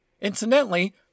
Incidentally